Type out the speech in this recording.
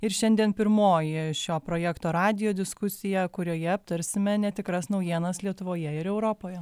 ir šiandien pirmoji šio projekto radijo diskusija kurioje aptarsime netikras naujienas lietuvoje ir europoje